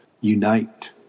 unite